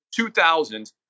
2000s